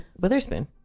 witherspoon